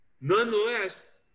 Nonetheless